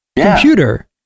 Computer